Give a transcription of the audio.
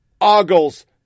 ogles